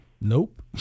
Nope